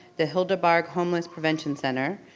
the hildebarg homeless prevention center,